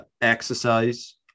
exercise